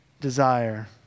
desire